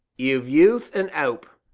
you've youth an hope.